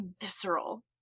visceral